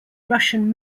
russian